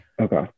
Okay